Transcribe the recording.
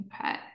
Okay